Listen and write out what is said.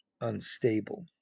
unstable